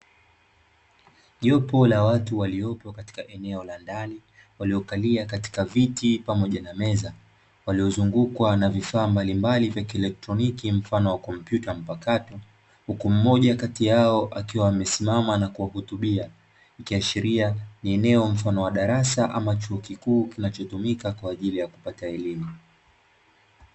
Jopo la watu walioko katika eneo la ndani, waliokalia katika viti pamoja na meza, waliozungukwa na vifaa mbalimbali vya kieletroniki mfano wa kompyuta mpakato, huku mmoja kati yao akiwa amesimama na kuwahutubia. Ikiashiria ni eneo mfano wa darasa ama chuo kikuu, kinachotumika kwa ajili ya kupata elimu.